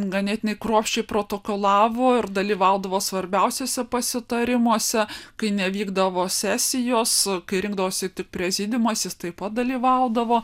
ganėtinai kruopščiai protokolavo ir dalyvaudavo svarbiausiuose pasitarimuose kai nevykdavo sesijos kai rinkdavosi tik prezidiumas jis taip pat dalyvaudavo